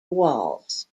walls